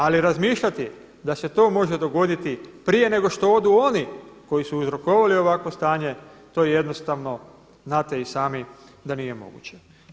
Ali razmišljati da se to može dogoditi prije nego što odu oni koji su uzrokovali ovakvo stanje, to jednostavno, znate i sami da nije moguće.